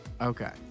Okay